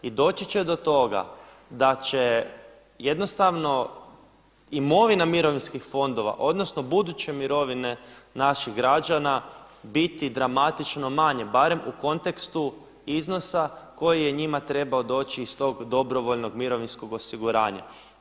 I doći će do toga da će jednostavno imovina mirovinskih fondova, odnosno buduće mirovine naših građana biti dramatično manje barem u kontekstu iznosa koji je njima trebao doći iz tog dobrovoljnog mirovinskog osiguranja.